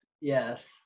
Yes